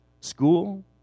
School